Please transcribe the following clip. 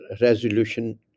resolution